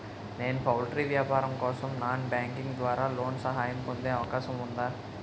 నేను పౌల్ట్రీ వ్యాపారం కోసం నాన్ బ్యాంకింగ్ ద్వారా లోన్ సహాయం పొందే అవకాశం ఉందా?